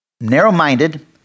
narrow-minded